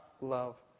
love